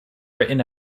written